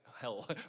Hell